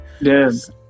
yes